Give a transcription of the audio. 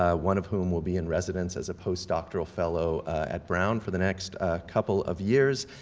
ah one of whom will be in residence as a postdoctoral fellow at brown for the next couple of years.